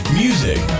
music